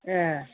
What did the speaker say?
ए